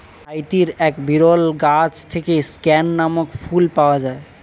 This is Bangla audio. হাইতির এক বিরল গাছ থেকে স্ক্যান নামক ফুল পাওয়া যায়